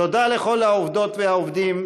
תודה לכל העובדים והעובדים,